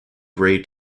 gray